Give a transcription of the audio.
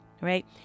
right